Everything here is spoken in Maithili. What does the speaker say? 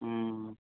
हुँ